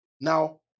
Now